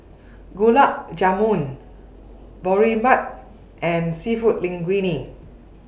Gulab Jamun Boribap and Seafood Linguine